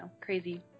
crazy